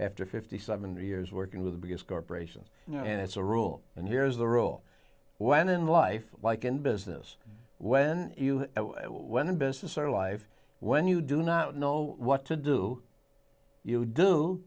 after fifty seven years working with the biggest corporation you know and it's a rule and here's the rule when in life like in business when you when in business or life when you do not know what to do you do